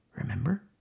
Remember